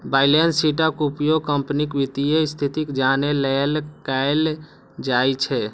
balance शीटक उपयोग कंपनीक वित्तीय स्थिति जानै लेल कैल जाइ छै